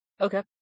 Okay